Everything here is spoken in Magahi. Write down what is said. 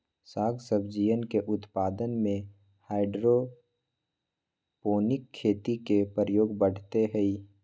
साग सब्जियन के उत्पादन में हाइड्रोपोनिक खेती के प्रयोग बढ़ते हई